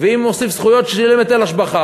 ואם נוסיף זכויות, שילם היטל השבחה.